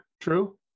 True